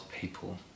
people